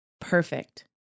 perfect